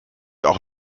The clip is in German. auch